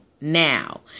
now